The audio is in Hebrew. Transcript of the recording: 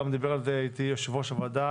דיבר איתי על זה גם יושב ראש הוועדה,